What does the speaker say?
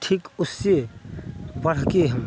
ठीक उससे बढ़कर हम